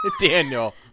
Daniel